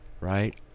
Right